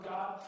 God